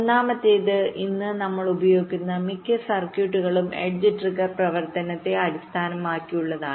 ഒന്നാമത്തേത് ഇന്ന് നമ്മൾ ഉപയോഗിക്കുന്ന മിക്ക സർക്യൂട്ടുകളും എഡ്ജ് ട്രിഗഡ് പ്രവർത്തനത്തെ അടിസ്ഥാനമാക്കിയുള്ളതാണ്